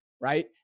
right